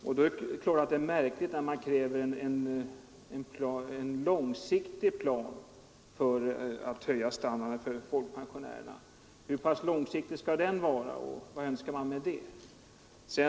Då är det klart att det är märkligt att man kräver en långsiktig plan för att höja standarden för folkpensionärerna. Hur pass långsiktig skall den vara, och vad önskar man med den planen?